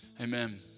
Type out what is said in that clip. Amen